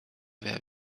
wer